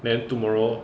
then tomorrow